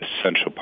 essential